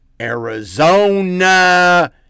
Arizona